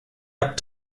app